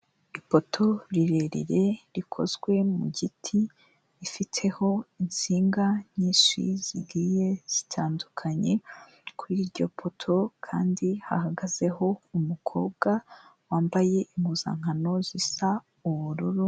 Ipoto rirerire rikozwe mu giti, rifiteho insinga nyinshi zigiye zitandukanye, kuri iryo poto kandi hahagazeho umukobwa wambaye impuzankano zisa ubururu.